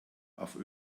auf